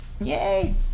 Yay